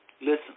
Listen